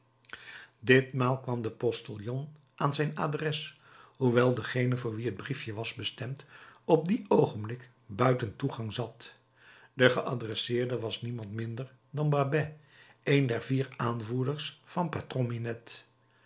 ditmaal kwam de postillon aan zijn adres hoewel degeen voor wien het briefje was bestemd op dien oogenblik buiten toegang zat de geadresseerde was niemand minder dan babet een der vier aanvoerders van patron minette